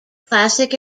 classic